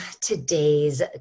today's